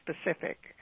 specific